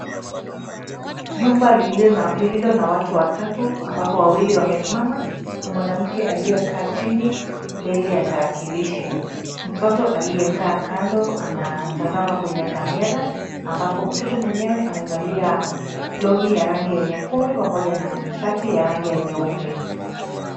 Jumba lililo na watu watatu ambako wawili wamesimama, na mwanamke aliyekaa chini mbele ya tarakilishi. Kuna mtoto aliyekaa kando anatazama kwenye kamera, ambapo mtoto mwenyewe amevalia long'i ya rangi ya nyekundu na shati ya rangi ya nyeupe.